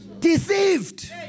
deceived